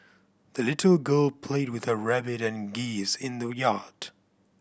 the little girl played with her rabbit and geese in the yard